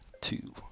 two